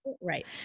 Right